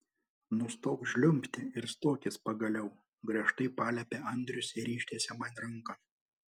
nustok žliumbti ir stokis pagaliau griežtai paliepė andrius ir ištiesė man ranką